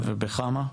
ובחמ"ע?